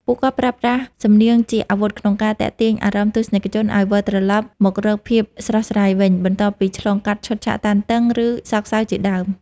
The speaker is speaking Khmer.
ពួកគាត់ប្រើប្រាស់សំនៀងជាអាវុធក្នុងការទាក់ទាញអារម្មណ៍ទស្សនិកជនឱ្យវិលត្រឡប់មករកភាពស្រស់ស្រាយវិញ បន្ទាប់ពីឆ្លងកាត់ឈុតឆាកតានតឹង ឬសោកសៅជាដើម។